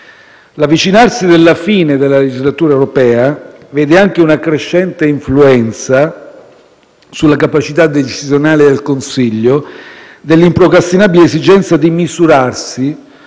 L'avvicinarsi della fine della legislatura europea vede anche una crescente influenza sulla capacità decisionale del Consiglio dell'improcrastinabile esigenza di misurarsi